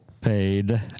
Paid